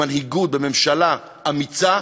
במנהיגות, בממשלה אמיצה,